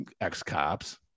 ex-cops